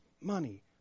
Money